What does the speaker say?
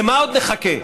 למה עוד נחכה?